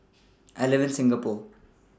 I live in Singapore